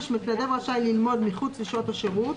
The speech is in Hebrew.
6. מתנדב רשאי ללמוד, מחוץ לשעות השירות,